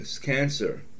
cancer